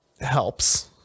helps